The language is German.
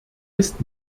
ist